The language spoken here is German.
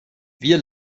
wir